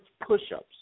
push-ups